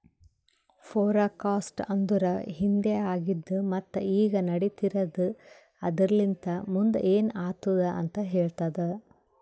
forecast ಅಂದುರ್ ಹಿಂದೆ ಆಗಿದ್ ಮತ್ತ ಈಗ ನಡಿತಿರದ್ ಆದರಲಿಂತ್ ಮುಂದ್ ಏನ್ ಆತ್ತುದ ಅಂತ್ ಹೇಳ್ತದ